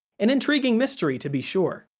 an intriguing mystery, to be sure!